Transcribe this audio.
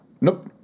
Nope